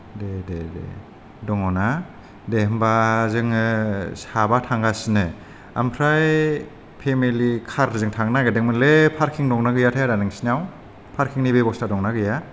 दे दे दङ ना दे होनबा जोङो साबा थांगासिनो ओमफ्राय फेमेलि कारजों थांनो नागेरदोंमोनलै फार्किं दंना गैया थाय आदा नोंसिनाव फार्किंनि बेबसथा दंना गैया